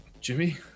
Jimmy